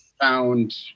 found